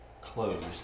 closed